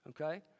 Okay